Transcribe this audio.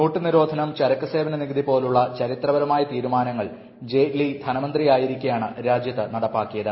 not നിരോധനം ചരക്ക് സേവന നികുതി പോലുള്ള ചരിത്രപരമായ തീരുമാനങ്ങൾ ജെയ്റ്റ്ലി ധനമന്ത്രി ആയിരിക്കെയാണ് രാജ്യത്ത് നടപ്പാക്കിയത്